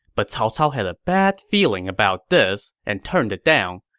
but cao cao had a bad feeling about this and turned it down.